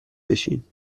بشین